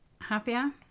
happier